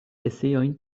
eseojn